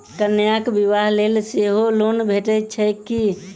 कन्याक बियाह लेल सेहो लोन भेटैत छैक की?